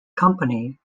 company